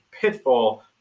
pitfall